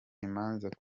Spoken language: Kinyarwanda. imanza